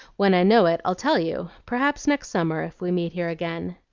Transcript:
when i know it, i'll tell you perhaps next summer, if we meet here again.